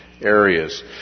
areas